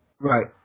Right